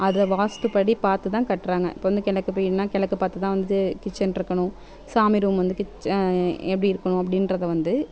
அதை வாஸ்துபடி பார்த்துதான் கட்டுறாங்க இப்போ வந்து கிழக்கு எது என்ன கிழக்கு பார்த்துதான் வந்து கிட்சன் இருக்கணும் சாமி ரூம் வந்து கிச் எப்படி இருக்கணும் அப்படின்றத வந்து